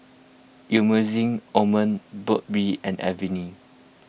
Emulsying Ointment Burt's Bee and Avene